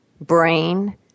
brain